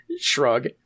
shrug